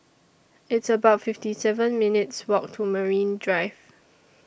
It's about fifty seven minutes' Walk to Marine Drive